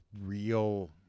real